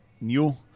new